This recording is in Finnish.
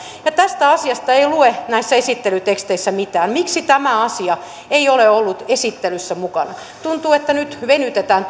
niin tästä asiasta ei lue näissä esittelyteksteissä mitään miksi tämä asia ei ole ollut esittelyssä mukana tuntuu että nyt venytetään